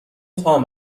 تام